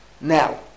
Now